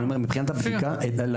את התיקים של